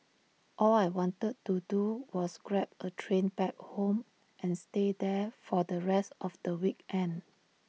all I wanted to do was grab A train back home and stay there for the rest of the week end